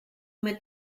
mit